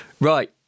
Right